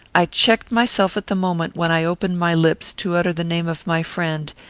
i checked myself at the moment when i opened my lips to utter the name of my friend,